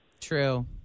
True